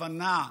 הבנה,